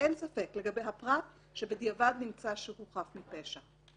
אין ספק, לגבי הפרט שבדיעבד נמצא שהוא חף מפשע.